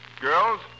Girls